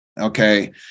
Okay